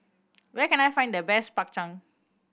where can I find the best Bak Chang